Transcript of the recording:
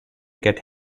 get